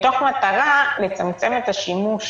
מתוך מטרה לצמצם את השימוש